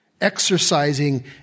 exercising